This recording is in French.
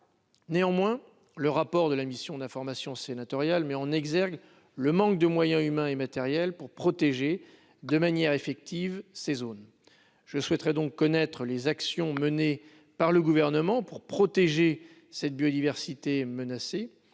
néanmoins, le rapport de la mission d'information sénatoriale met en exergue le manque de moyens humains et matériels pour protéger de manière effective ces zones je souhaiterais donc connaître les actions menées par le gouvernement pour protéger cette biodiversité menacée